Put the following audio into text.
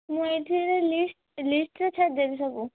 ମୁଁ ଏଇଠି ଗୋଟେ ଲିଷ୍ଟ୍ ଲିଷ୍ଟ୍ଟା ଛାଡ଼ି ଦେବି ସବୁ